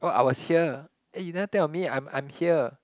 oh I was here eh you never take of me I'm I'm here